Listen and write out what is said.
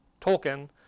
Tolkien